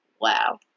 wow